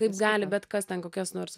taip gali bet kas ten kokios nors